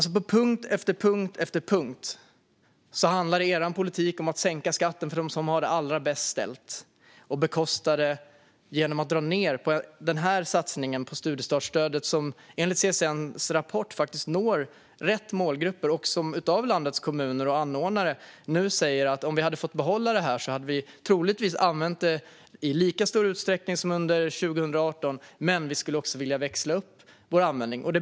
På punkt efter punkt handlar alltså er politik om att sänka skatten för dem som har det allra bäst ställt och bekosta det genom att dra ned på denna satsning på studiestartsstödet som enligt CSN:s rapport faktiskt når rätt målgrupper. Landets kommuner och anordnare säger att om de hade fått behålla detta hade de troligtvis använt det i lika stor utsträckning som under 2018. Men de säger också att de skulle vilja växla upp användningen av det.